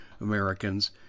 americans